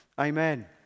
amen